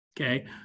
Okay